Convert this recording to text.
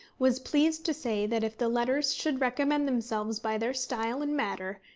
was pleased to say that if the letters should recommend themselves by their style and matter,